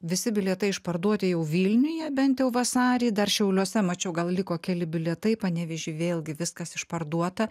visi bilietai išparduoti jau vilniuje bent jau vasarį dar šiauliuose mačiau gal liko keli bilietai panevėžy vėlgi viskas išparduota